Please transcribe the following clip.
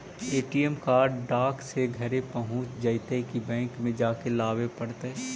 ATM card डाक से घरे पहुँच जईतै कि बैंक में जाके लाबे पड़तै?